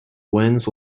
wins